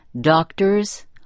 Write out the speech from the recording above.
doctors